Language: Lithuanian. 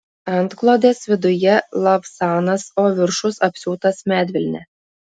antklodės viduje lavsanas o viršus apsiūtas medvilne